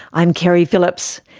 i'm keri phillips.